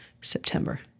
September